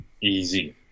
Easy